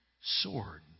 sword